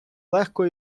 легко